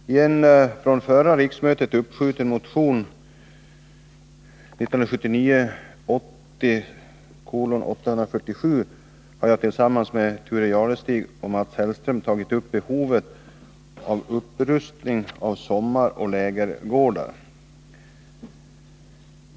Herr talman! I en från förra riksmötet uppskjuten motion, 1979/80:847, har jag tillsammans med Thure Jadestig och Mats Hellström tagit upp behovet av en upprustning av sommaroch lägergårdar.